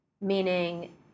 meaning